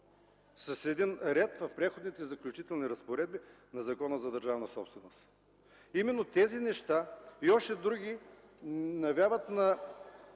– с един ред в Преходните и заключителните разпоредби на Закона за държавната собственост. Именно тези неща и още други навяват,